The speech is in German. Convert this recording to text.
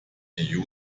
die